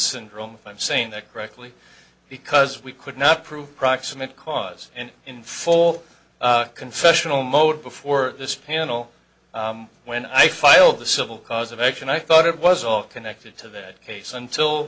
syndrome i'm saying that correctly because we could not prove proximate cause and in full confessional mode before this panel when i filed the civil cause of action i thought it was all connected to that case until